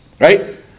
right